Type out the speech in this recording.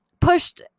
pushed